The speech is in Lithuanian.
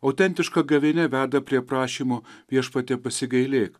autentiška gavėnia veda prie prašymo viešpatie pasigailėk